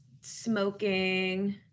smoking